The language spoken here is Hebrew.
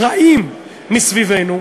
רעים מסביבנו,